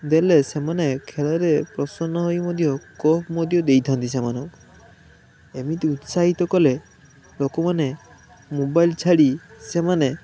ଦେଲେ ସେମାନେ ଖେଳରେ ପ୍ରସନ୍ନ ହୋଇ ମଧ୍ୟ ସ୍କୋପ୍ ମଧ୍ୟ ଦେଇଥାନ୍ତି ସେମାନଙ୍କୁ ଏମିତି ଉତ୍ସାହିତ କଲେ ଲୋକମାନେ ମୋବାଇଲ୍ ଛାଡ଼ି ସେମାନେ